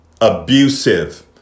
abusive